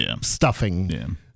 stuffing